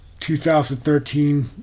2013